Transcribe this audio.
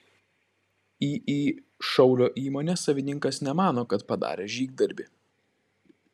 iį šaulio įmonė savininkas nemano kad padarė žygdarbį